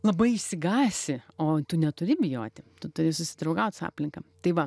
labai išsigąsi o tu neturi bijoti tu turi susidraugaut su aplinka tai va